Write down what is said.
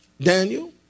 Daniel